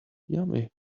yummy